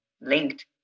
linked